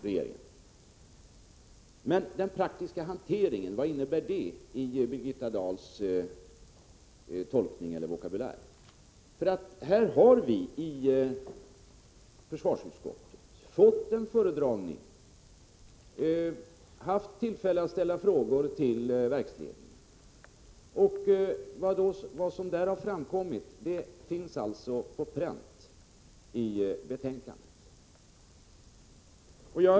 Men vad innebär den praktiska hanteringen i Birgitta Dahls tolkning eller vokabulär? I försvarsutskottet har vi fått en föredragning och haft tillfälle att ställa frågor till verksledningen. Vad som därvid har framkommit finns på pränt i betänkandet.